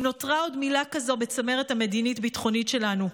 אם נותרה עוד מילה כזו בצמרת המדינית-ביטחונית שלנו.